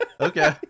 Okay